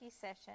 session